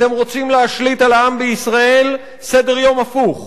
אתם רוצים להשליט על העם בישראל סדר-יום הפוך: